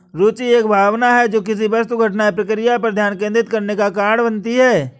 रूचि एक भावना है जो किसी वस्तु घटना या प्रक्रिया पर ध्यान केंद्रित करने का कारण बनती है